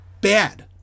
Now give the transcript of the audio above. bad